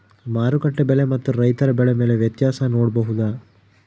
ಮಾರುಕಟ್ಟೆ ಬೆಲೆ ಮತ್ತು ರೈತರ ಬೆಳೆ ಬೆಲೆ ವ್ಯತ್ಯಾಸ ನೋಡಬಹುದಾ?